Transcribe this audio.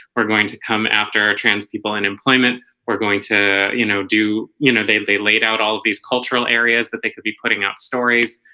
we're going to come after trans people in employment we're going to you know do you know they they laid out all these cultural areas that they could be putting out stories?